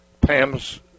Pam's